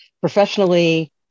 professionally